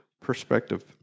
perspective